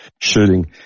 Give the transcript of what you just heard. shooting